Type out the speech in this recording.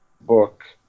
book